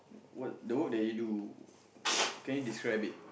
what the work that you do can you describe it